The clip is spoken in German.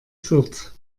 fürth